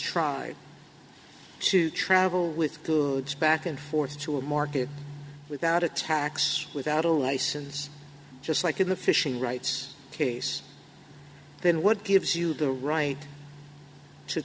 tried to travel with goods back and forth to a market without a tax without a license just like in the fishing rights case then what gives you the right to